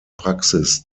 praxis